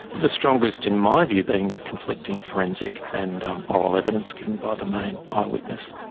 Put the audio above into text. the strongest in my view being the conflicting forensic and oral evidence given by the main eyewitness.